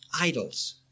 idols